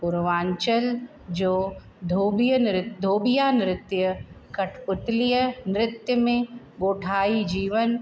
पूर्वांचल जो धोॿिय न धोॿिया नृतु कठपुतलीअ नृत में ॻोठाई जीवन